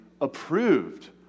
approved